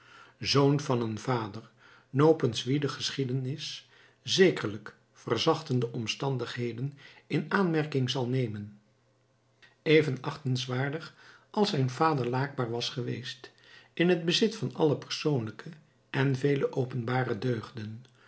zoon van een vader nopens wien de geschiedenis zekerlijk verzachtende omstandigheden in aanmerking zal nemen even achtenswaardig als zijn vader laakbaar was geweest in het bezit van alle persoonlijke en vele openbare deugden